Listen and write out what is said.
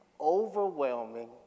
Overwhelming